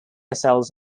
cells